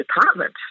Department